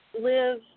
live